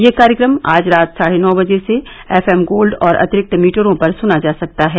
यह कार्यक्रम आज रात साढ़े नौ बजे से एफ एम गोल्ड और अंतिरिक्त मीटरों पर सुना जा सकता है